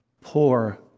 poor